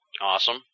Awesome